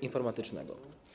informatycznego.